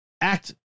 act